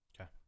Okay